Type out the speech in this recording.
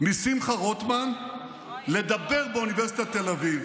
משמחה רוטמן לדבר באוניברסיטת תל אביב.